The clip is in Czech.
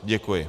Děkuji.